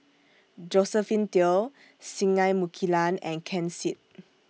Josephine Teo Singai Mukilan and Ken Seet